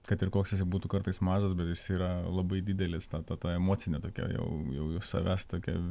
kad ir koks jis būtų kartais mažas bet jis yra labai didelis ta ta ta emocinė tokia jau jau savęs tokia